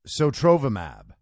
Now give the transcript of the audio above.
Sotrovimab